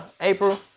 April